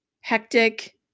hectic